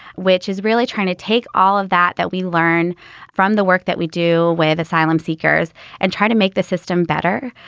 which is really trying to take all of that, that we learn from the work that we do with asylum seekers and try to make the system better,